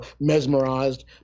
mesmerized